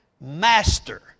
master